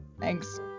Thanks